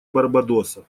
барбадоса